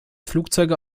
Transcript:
flugzeuge